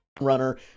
Runner